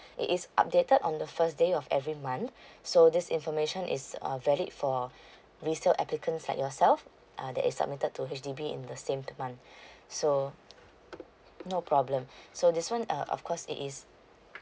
it's updated on the first day of every month so this information is err valid for resales applicants like yourself uh that is submitted to H_D_B in the same month so no problem so this one uh of course it is